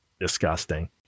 disgusting